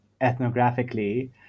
ethnographically